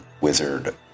wizard